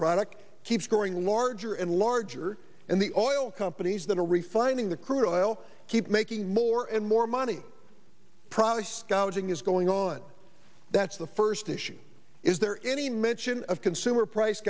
products keeps growing larger and larger and the oil companies that are re finding the crude oil keep making more and more money products gouging is going on that's the first issue is there any mention of consumer price